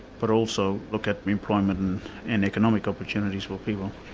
but also look at the employment and economic opportunities for people.